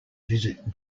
visit